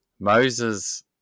Moses